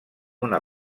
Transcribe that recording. una